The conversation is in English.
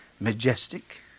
Majestic